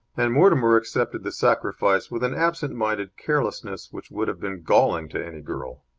and mortimer accepted the sacrifice with an absent-minded carelessness which would have been galling to any girl.